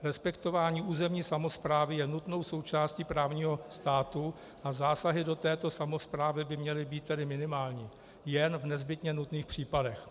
Respektování územní samosprávy je nutnou součástí právního státu a zásahy do této samosprávy by měly být tedy jen minimální jen v nezbytně nutných případech.